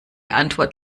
antwort